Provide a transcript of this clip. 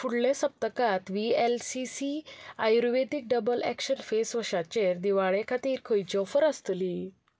फुडल्या सप्तकांत V L C C Ayurvedic double action face वॉशाचेर दिवाळे खातीर खंयची ऑफर आसतली